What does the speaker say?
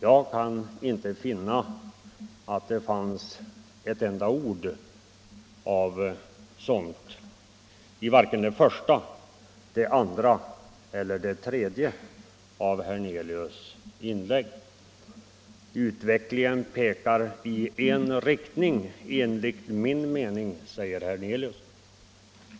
Jag kan dock inte finna ett enda ord om sådana fakta i vare sig det första, det andra eller det tredje av hans inlägg. Utvecklingen pekar i en viss riktning, säger herr Hernelius.